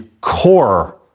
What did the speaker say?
core